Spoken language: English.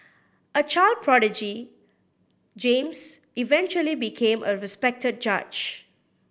a child prodigy James eventually became a respected judge